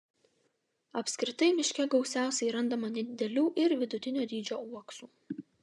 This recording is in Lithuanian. apskritai miške gausiausiai randama nedidelių ir vidutinio dydžio uoksų